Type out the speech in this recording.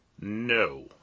No